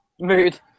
Mood